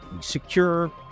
secure